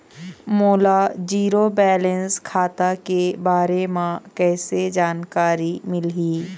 मोला zero balance खाता के बारे म कैसे जानकारी मिलही?